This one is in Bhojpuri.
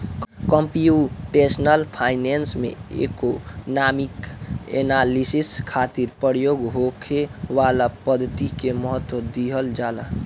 कंप्यूटेशनल फाइनेंस में इकोनामिक एनालिसिस खातिर प्रयोग होखे वाला पद्धति के महत्व दीहल जाला